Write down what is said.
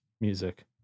music